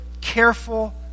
careful